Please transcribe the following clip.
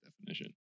definition